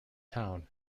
town